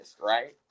right